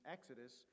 Exodus